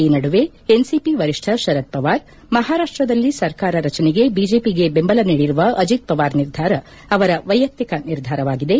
ಈ ನಡುವೆ ಎನ್ಸಿಪಿ ವರಿಷ್ನ ಶರದ್ ಪವಾರ್ ಮಹಾರಾಷ್ನದಲ್ಲಿ ಸರ್ಕಾರ ರಚನೆಗೆ ಬಿಜೆಪಿಗೆ ದೆಂಬಲ ನೀಡಿರುವ ಅಜತ್ ಪವಾರ್ ನಿರ್ಧಾರ ಅವರ ವ್ಲೆಯಕ್ತಿಕ ನಿರ್ಧಾರವಾಗಿದೆ